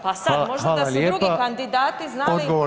Pa sad, možda da su drugi kandidati znali